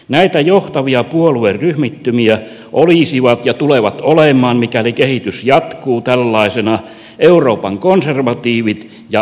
näitä johtavia puolueryhmittymiä olisivat ja tulevat olemaan mikäli kehitys jatkuu tällaisena euroopan konservatiivit ja sosialistit